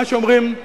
מה שאומרים,